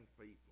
people